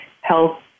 Health